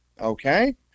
okay